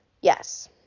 Yes